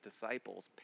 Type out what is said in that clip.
disciples